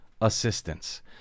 assistance